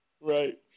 Right